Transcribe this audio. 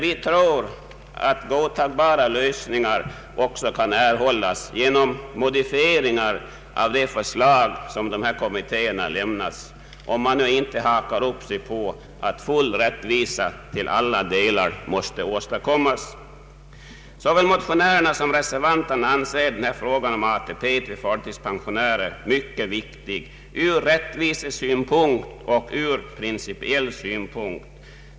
Vi tror att godtagbara lösningar också kan uppnås genom modifieringar av de förslag som dessa kommittéer lämnat, om man inte hakar upp sig på att full rättvisa måste åstadkommas till alla delar. Såväl motionärerna som reservanterna anser denna fråga om ATP för förtidspensionärer vara mycket viktig från rättvisesynpunkt och från principiell synpunkt.